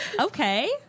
okay